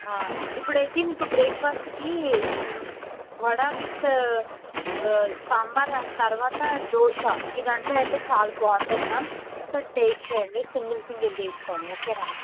ఇప్పుడు అయితే మీకు బ్రేక్ఫాస్ట్కి వడ విత్ సాంబార్ అండ్ తర్వాత దోశ ఇది అంతా అయితే చాలా బాగుంటుంది మ్యామ్ ఒకసారి టేస్ట్ చేయండి సింగల్ సింగల్ తీసుకొని ఓకేనా మ్యామ్